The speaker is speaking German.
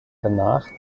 danach